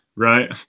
right